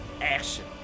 action